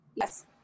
Yes